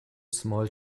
small